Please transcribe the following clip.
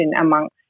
amongst